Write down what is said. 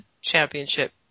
championship